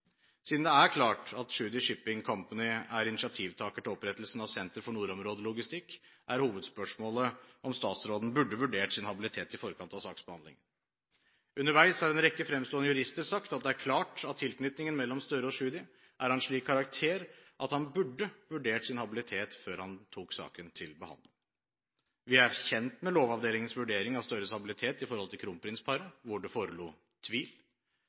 Siden det er klart at Tschudi Shipping Company er initiativtaker til opprettelsen av Senter for nordområdelogistikk, er hovedspørsmålet om statsråden burde vurdert sin habilitet i forkant av saksbehandlingen. Underveis har en rekke fremstående jurister sagt at det er klart at tilknytningen mellom Gahr Støre og Tschudi er av en slik karakter at han burde vurdert sin habilitet før han tok saken til behandling. Vi er kjent med Lovavdelingens vurdering av Gahr Støres habilitet i forhold til kronprinsparet, hvor det forelå tvil.